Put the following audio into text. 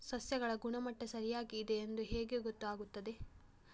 ಸಸ್ಯಗಳ ಗುಣಮಟ್ಟ ಸರಿಯಾಗಿ ಇದೆ ಎಂದು ಹೇಗೆ ಗೊತ್ತು ಆಗುತ್ತದೆ?